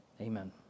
Amen